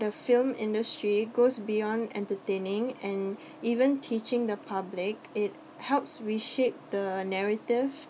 the film industry goes beyond entertaining and even teaching the public it helps reshape the narrative